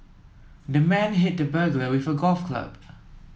the man hit the burglar with a golf club